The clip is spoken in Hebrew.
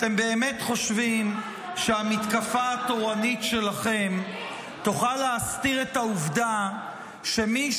אתם באמת חושבים שהמתקפה התורנית שלכם תוכל להסתיר את העובדה שמי